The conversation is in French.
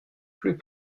plus